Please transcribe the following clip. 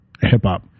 hip-hop